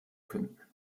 finden